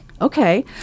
Okay